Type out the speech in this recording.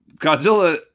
Godzilla